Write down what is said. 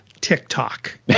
TikTok